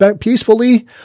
peacefully